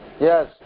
Yes